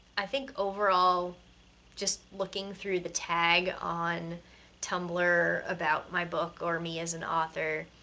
i think overall just looking through the tag on tumblr about my book or me as an author,